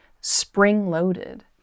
spring-loaded